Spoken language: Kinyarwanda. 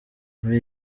muri